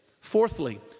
Fourthly